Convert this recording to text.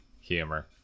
humor